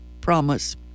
promise